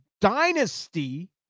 dynasty